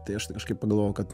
tai aš tai kažkaip pagalvojau kad